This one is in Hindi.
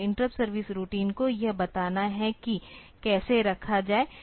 तो इंटरप्ट सर्विस रूटीन को यह बताना है कि कैसे रखा जाए